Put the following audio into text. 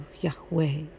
Yahweh